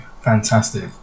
Fantastic